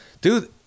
Dude